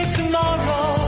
tomorrow